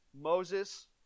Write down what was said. Moses